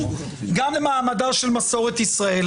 גם למעמדה של מסורת ישראל.